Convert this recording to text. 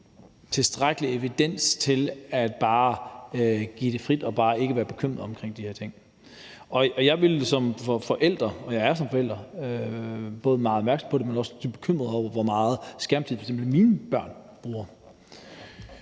tilstrækkelig evidens til bare at give det frit og ikke være bekymret omkring de her ting. Jeg ville som forælder være og er som forælder både meget opmærksom på det, men også dybt bekymret over, hvor meget skærmtid f.eks. mine børn bruger.